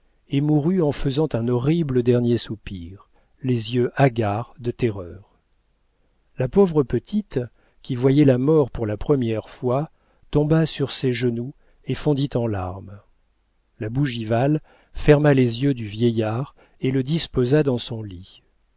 et mourut en faisant un horrible dernier soupir les yeux hagards de terreur la pauvre petite qui voyait la mort pour la première fois tomba sur ses genoux et fondit en larmes la bougival ferma les yeux du vieillard et le disposa dans son lit